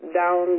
down